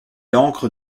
encre